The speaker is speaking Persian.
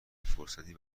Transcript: فرصتی